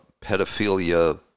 pedophilia